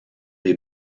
des